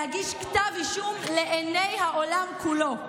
להגיש כתב אישום לעיני העולם כולו.